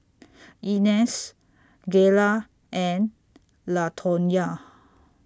Inez Gayla and Latonya